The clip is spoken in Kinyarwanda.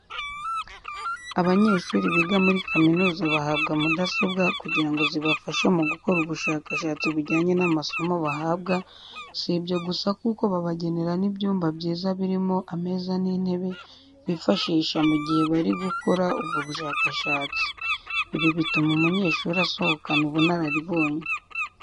Abanyeshuri biga muri kaminuza bahabwa mudasobwa kugira ngo zibafashe mu gukora ubushakasha bujyanye n'amasomo bahabwa, sibyo gusa kuko babagenera n'ibyumba byiza birimo ameza n'intebe bifashisha mu gihe bari gukora ubwo bushakashatsi. Ibi bituma umunyeshuri asohokana ubunararibonye.